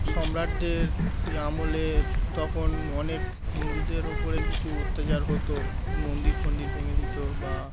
সম্রাটদের আমলে তখন অনেক হিন্দুদের উপরে কিছু অত্যাচার হতো মন্দির ফন্দির ভেঙে দিত বা